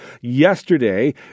yesterday